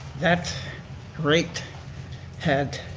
that rate had,